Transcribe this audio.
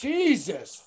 Jesus